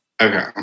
Okay